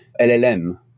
LLM